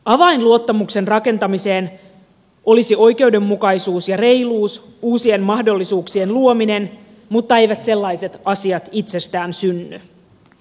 avain luottamuksen rakentamiseen olisi oikeudenmukaisuus ja reiluus uusien mahdollisuuksien luominen mutta eivät sellaiset asiat itsestään synny